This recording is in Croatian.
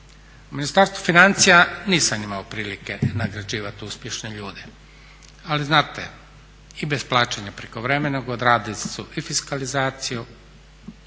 U Ministarstvu financija nisam imao prilike nagrađivati uspješne ljude, ali znate i bez plaćanja prekovremenog odradili su i fiskalizaciju,